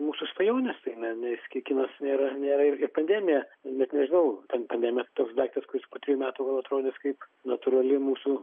mūsų svajonės tai ne nes kinas nėra nėra ir pandemija net nežinau ten pandemijos toks daiktas kuris po trejų metų gal atrodys kaip natūrali mūsų